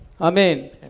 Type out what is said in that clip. Amen